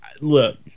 look